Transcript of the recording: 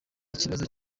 ikibazo